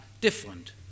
different